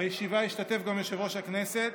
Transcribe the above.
בישיבה השתתף גם יושב-ראש הכנסת